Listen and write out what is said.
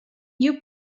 you